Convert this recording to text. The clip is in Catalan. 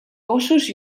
gossos